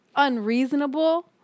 unreasonable